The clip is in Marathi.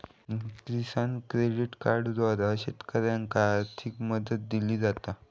किसान क्रेडिट कार्डद्वारा शेतकऱ्यांनाका आर्थिक मदत दिली जाता